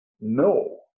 No